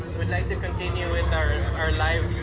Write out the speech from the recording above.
we'd like to continue with our, our live.